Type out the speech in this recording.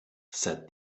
said